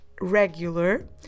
regular